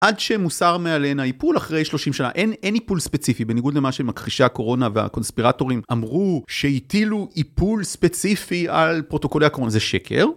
עד שמוסר מעליהן האיפול אחרי 30 שנה אין אין איפול ספציפי, בניגוד למה שהכחישי הקורונה והקונספירטורים אמרו, שהטילו איפול ספציפי על פרוטוקולי הקורונה, זה שקר.